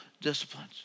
disciplines